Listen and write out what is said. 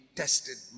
tested